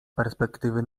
perspektywy